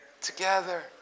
Together